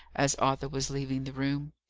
as arthur was leaving the room.